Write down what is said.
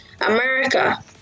America